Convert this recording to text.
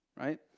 Right